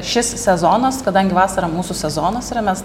šis sezonas kadangi vasara mūsų sezonas yra mes